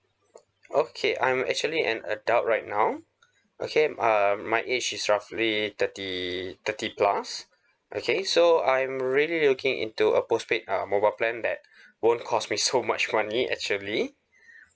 okay I'm actually an adult right now okay uh my age is roughly thirty thirty plus okay so I'm really looking into a post paid uh mobile plan that won't cost me so much money actually